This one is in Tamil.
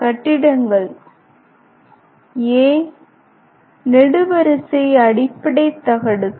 கட்டிடங்கள் நெடுவரிசை அடிப்படை தகடுகள்